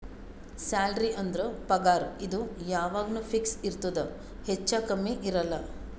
salary ಅಂದುರ್ ಪಗಾರ್ ಇದು ಯಾವಾಗ್ನು ಫಿಕ್ಸ್ ಇರ್ತುದ್ ಹೆಚ್ಚಾ ಕಮ್ಮಿ ಇರಲ್ಲ